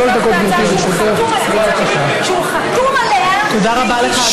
תודה רבה לך,